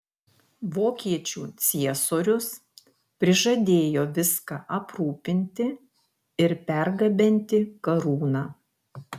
vokiečių ciesorius prižadėjo viską aprūpinti ir pergabenti karūną